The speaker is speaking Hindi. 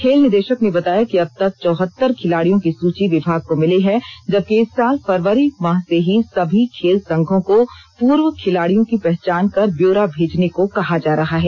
खेल निदेशक ने बताया कि अबतक चौहतर खिलाडियों की सुची विभाग को मिली है जबकि इस साल फरवरी माह से ही सभी खेल संघों को पूर्व खिलाड़ियों की पहचान कर ब्यौरा भेजने को कहा जा रहा है